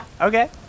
Okay